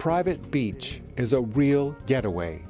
private beach is a real getaway